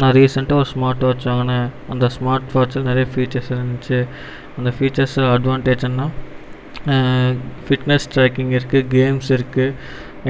நான் ரீசன்ட்டாக ஒரு ஸ்மார்ட் வாட்ச் வாங்கினேன் அந்த ஸ்மார்ட் வாட்ச்சில் நிறைய ஃபீச்சர்ஸ் இருந்துச்சு அந்த ஃபிச்சர்ஸ் அட்வான்டேஜ் என்ன ஃபிட்னஸ் டிராக்கிங் இருக்குது கேம்ஸ் இருக்குது